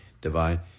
Divine